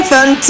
Fun